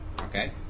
Okay